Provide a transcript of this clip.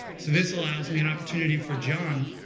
so this allows me an opportunity for john,